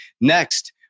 Next